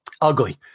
ugly